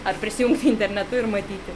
ar prisijungti internetu ir matyti